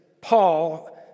Paul